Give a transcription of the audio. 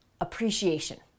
appreciation